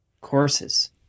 courses